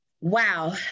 Wow